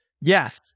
Yes